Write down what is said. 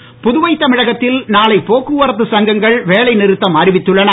போக்குவரத்து புதுவை தமிழகத்தில் நாளை போக்குவரத்து சங்கங்கள் வேலை நிறுத்தம் அறிவித்துள்ளன